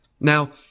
Now